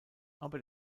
aber